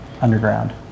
underground